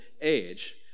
age